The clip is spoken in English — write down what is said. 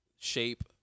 Shape